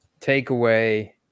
takeaway